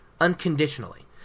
unconditionally